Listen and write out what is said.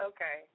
Okay